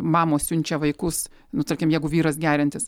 mamos siunčia vaikus nu tarkim jeigu vyras geriantis